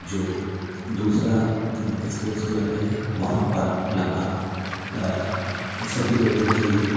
जो दूसरा sports club है वहाँ पर लगभग सभी लोगों की